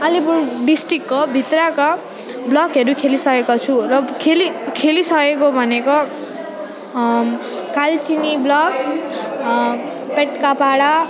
आलिपुर डिस्ट्रिक्टको भित्रको ब्लकहरू खेलिसकेको छु र खेलि खेलिसकेको भनेको कालचिनी ब्लक पेट्कापाडा